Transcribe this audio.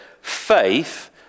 faith